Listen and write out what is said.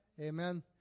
Amen